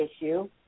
issue